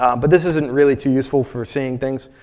um but this isn't really too useful for seeing things.